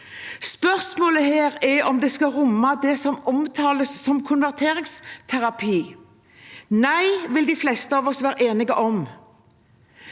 Spørsmålet her er om det skal romme det som omtales som konverteringsterapi. Nei, vil de fleste av oss være enige om,